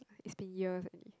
it's been years already